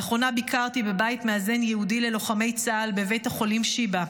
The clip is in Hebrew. לאחרונה ביקרתי בבית מאזן ייעודי ללוחמי צה"ל בבית החולים שיבא,